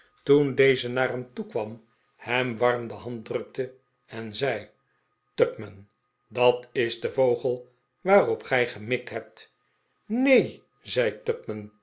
toen deze naar hem toekwam hem warm de hand drukte en zei tupman dat is de yogel waarop gij gemikt hebt neen zei